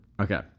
Okay